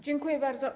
Dziękuję bardzo.